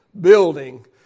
building